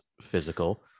physical